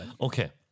Okay